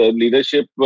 leadership